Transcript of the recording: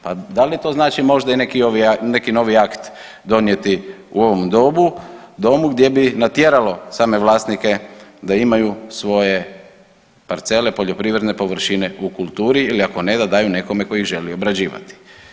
Pa da li to znači i možda i neki novi akt donijeti u ovom domu gdje bi natjeralo same vlasnike da imaju svoje parcele poljoprivredne površine u kulturi ili ako ne da daju nekome tko ih želi obrađivati.